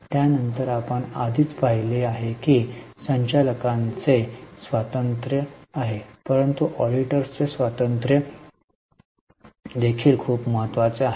त्यानंतर आपण आधीच पाहिले आहे की संचालकांचे स्वातंत्र्य आहे परंतु ऑडिटर्सचे स्वातंत्र्य देखील खूप महत्वाचे आहे